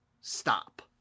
stop